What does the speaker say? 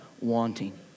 wanting